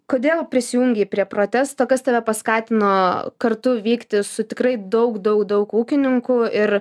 kodėl prisijungei prie protesto kas tave paskatino kartu vykti su tikrai daug daug daug ūkininkų ir